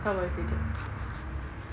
அம்மாவே செய்யட்டு:ammave seiyattu